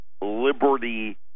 liberty